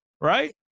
right